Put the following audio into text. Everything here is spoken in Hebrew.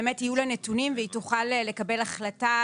באמת יהיו לה נתונים והיא תוכל לקבל החלטה